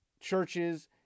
churches